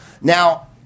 Now